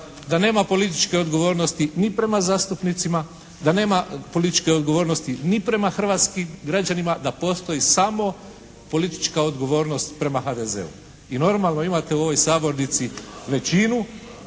da nema političke odgovornosti ni prema zastupnicima, da nema političke odgovornosti ni prema hrvatskim građanima, da postoji samo politička odgovornost prema HDZ-u. I normalno, imate u ovoj Sabornici većinu.